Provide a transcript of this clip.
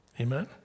Amen